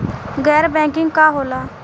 गैर बैंकिंग का होला?